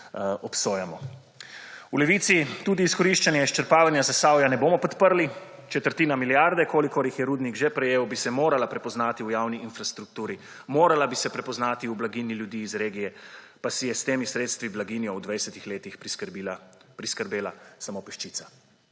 obsojamo. V Levici tudi izkoriščanja, izčrpavanja Zasavja ne bomo podprli. Četrtina milijarde, kolikor je rudnik že prejel, bi se morala prepoznati v javni infrastrukturi, morala bi se prepoznati v blaginji ljudi iz regije, pa si je s temi sredstvi blaginjo v 20 letih priskrbela samo peščica.